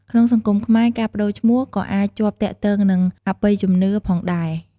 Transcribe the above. ក្នុងសង្គមខ្មែរ ការប្ដូរឈ្មោះក៏អាចជាប់ទាក់ទងនឹង អបិយជំនឿ ផងដែរ។